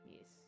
Yes